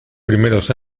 primeros